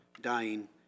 dying